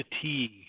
fatigue